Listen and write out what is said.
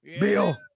Bill